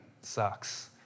sucks